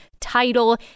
title